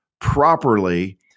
properly